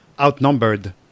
outnumbered